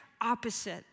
opposite